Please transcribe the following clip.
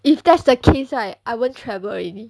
if that's the case right I won't travel already